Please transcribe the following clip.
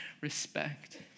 respect